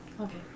okay